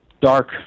dark